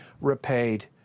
repaid